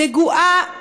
הנגועה,